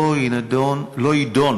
לא יידון